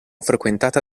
frequentata